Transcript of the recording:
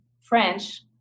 French